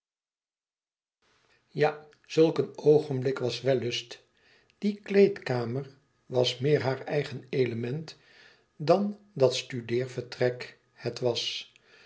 ja zulk een oogenblik was wellust die kleedkamer was meer haar eigen element dan dat studeervertrek het was